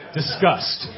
disgust